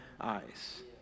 eyes